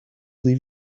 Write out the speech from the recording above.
leave